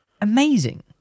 amazing